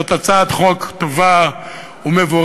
זאת הצעת חוק טובה ומבורכת,